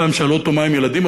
פעם שאלו אותו מהם ילדים,